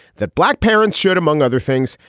that black parents should, among other things,